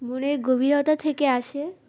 মনের গভীরতা থেকে আসে